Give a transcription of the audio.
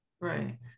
Right